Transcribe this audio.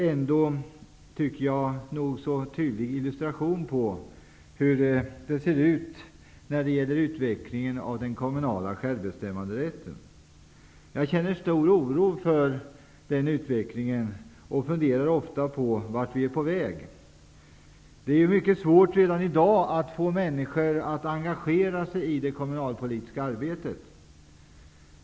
Men jag tycker att det är en nog så tydlig illustration av hur det ser ut när det gäller utvecklingen av den kommunala självbestämmanderätten. Jag känner stor oro inför den utvecklingen och funderar ofta över vart vi är på väg. Redan i dag är det ju mycket svårt att få människor att engagera sig i det kommunalpolitiska arbetet.